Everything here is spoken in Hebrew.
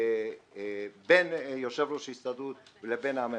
בין יושב ראש ההסתדרות לבין הממשלה.